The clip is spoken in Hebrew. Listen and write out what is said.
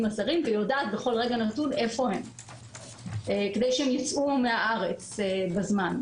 הזרים ויודעת בכל רגע נתון איפה הם כדי שהם יצאו מהארץ בזמן.